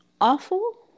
awful